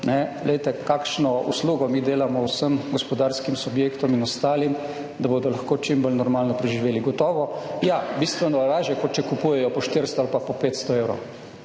glejte, kakšno uslugo mi delamo vsem gospodarskim subjektom in ostalim, da bodo lahko čim bolj normalno preživeli. Gotovo ja, bistveno lažje, kot če kupujejo po 400 ali pa po 500 evrov,